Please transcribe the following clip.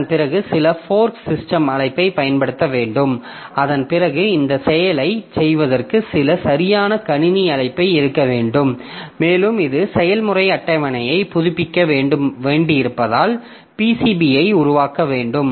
அதன்பிறகு சில fork system அழைப்பைப் பயன்படுத்த வேண்டும் அதன்பிறகு இந்தச் செயலைச் செய்வதற்கு சில சரியான கணினி அழைப்பு இருக்க வேண்டும் மேலும் இது செயல்முறை அட்டவணையை புதுப்பிக்க வேண்டியிருப்பதால் PCBயை உருவாக்க வேண்டும்